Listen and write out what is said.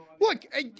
Look